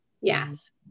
Yes